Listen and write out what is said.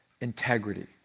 integrity